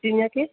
केह्